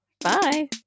Bye